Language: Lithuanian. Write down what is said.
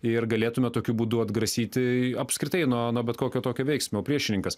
ir galėtume tokiu būdu atgrasyti apskritai nuo nuo bet kokio tokio veiksmo priešininkas